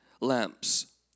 lamps